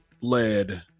led